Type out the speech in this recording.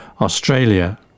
Australia